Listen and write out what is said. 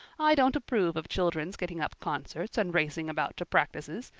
i don't approve of children's getting up concerts and racing about to practices.